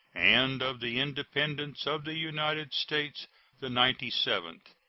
and of the independence of the united states the ninety-seventh.